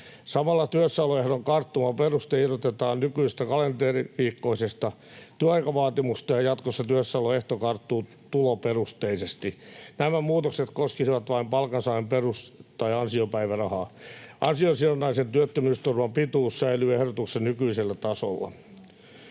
Samalla työssäoloehdon karttumaperuste irrotetaan nykyisestä kalenteriviikkoisesta työaikavaatimuksesta, ja jatkossa työssäoloehto karttuu tuloperusteisesti. Nämä muutokset koskisivat vain palkansaajan perus- tai ansiopäivärahaa. Ansiosidonnaisen työttömyysturvan pituus säilyy ehdotuksessa nykyisellä tasolla.